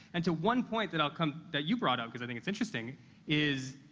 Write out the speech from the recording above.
and to one point that i'll come that you brought up cause i think it's interesting is